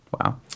wow